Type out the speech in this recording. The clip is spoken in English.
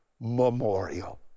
Memorial